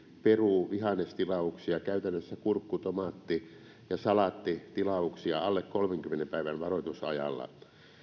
peruu vihannestilauksia käytännössä kurkku tomaatti ja salaattitilauksia alle kolmenkymmenen päivän varoitusajalla